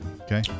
Okay